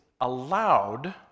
allowed